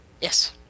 Yes